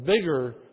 bigger